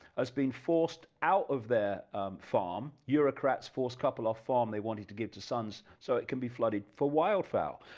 has been forced out of their farm, eurocrats force couple off farm they wanted to give to sons so it can be flooded for wild fowl.